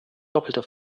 doppelter